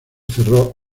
cerró